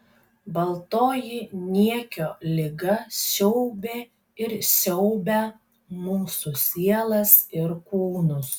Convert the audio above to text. baltoji niekio liga siaubė ir siaubia mūsų sielas ir kūnus